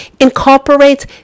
Incorporate